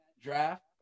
draft